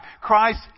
Christ